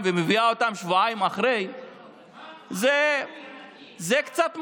ומביאה אותה שבועיים אחרי זה קצת מוזר.